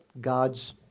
God's